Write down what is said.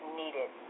needed